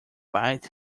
bites